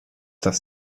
das